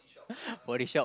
body shop